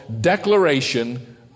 declaration